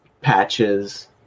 patches